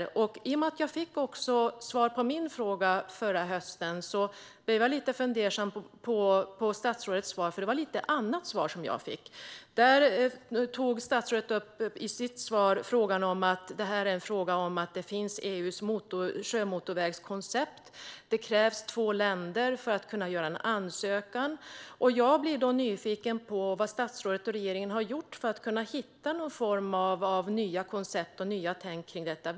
I och med svaret som jag fick på min fråga förra året blir jag lite fundersam över statsrådets svar i dag, för jag fick ett annat svar. I sitt svar till mig tog statsrådet upp EU:s sjömotorvägskoncept och att det krävs två länder för att kunna göra en ansökan. Jag blir då nyfiken på vad statsrådet och regeringen har gjort för att hitta någon form av nya koncept och nya tänk kring detta.